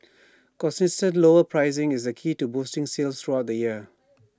consistent lower pricing is key to boosting sales throughout the year